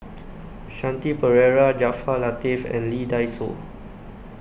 Shanti Pereira Jaafar Latiff and Lee Dai Soh